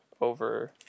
over